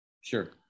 Sure